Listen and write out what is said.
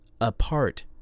apart